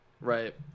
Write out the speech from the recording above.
Right